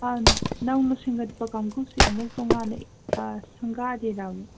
ꯅꯪ ꯁꯦꯝꯒꯠꯄ ꯀꯥꯡꯕꯨꯁꯦ ꯑꯃꯨꯛ ꯇꯣꯉꯥꯟꯅ ꯁꯪꯒꯥꯗꯦ